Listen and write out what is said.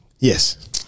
Yes